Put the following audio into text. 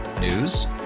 News